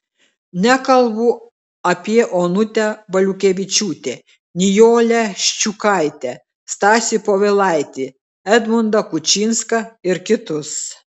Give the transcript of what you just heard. nekalbu apie onutę valiukevičiūtę nijolę ščiukaitę stasį povilaitį edmundą kučinską ir kitus